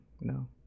No